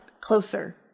closer